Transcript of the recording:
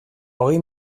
hogei